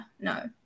no